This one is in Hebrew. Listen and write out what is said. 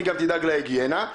היא גם תדאג להיגיינה.